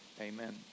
amen